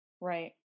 Right